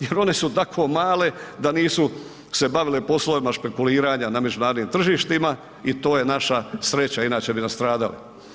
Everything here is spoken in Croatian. Jel one su tako male da se nisu bavile poslovima špekuliranja na međunarodnim tržištima i to je naša sreća inače bi nastradali.